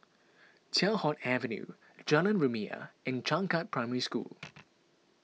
Teow Hock Avenue Jalan Rumia and Changkat Primary School